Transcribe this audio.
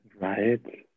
right